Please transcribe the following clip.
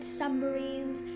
submarines